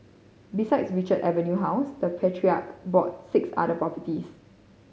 besides Richards Avenue house the patriarch brought six other properties